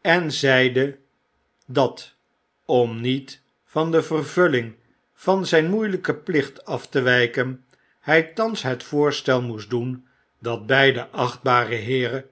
en zeide dat om niet van de vervulling van zijn moeilyken plicht af te wyken hy thans het voorstel moest doen dat beide achtbare heeren